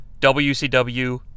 WCW